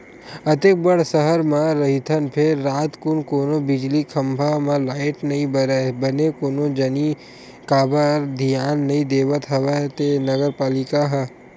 अतेक बड़ सहर म रहिथन फेर रातकुन कोनो बिजली खंभा म लाइट नइ बरय बने कोन जनी काबर धियान नइ देवत हवय ते नगर पालिका ह